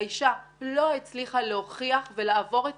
האישה לא הצליחה להוכיח ולעבור את